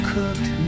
Cooked